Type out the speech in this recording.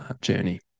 journey